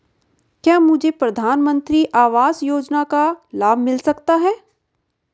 क्या मुझे प्रधानमंत्री आवास योजना का लाभ मिल सकता है?